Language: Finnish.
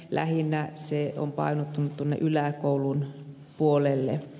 lähinnä se on painottunut yläkoulun puolelle